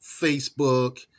Facebook